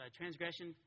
transgression